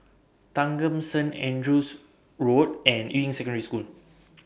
Thanggam Saint Andrew's Road and Yuying Secondary School